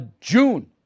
June